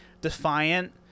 defiant